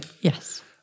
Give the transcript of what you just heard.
Yes